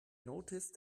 noticed